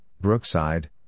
Brookside